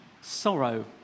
sorrow